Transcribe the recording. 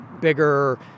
bigger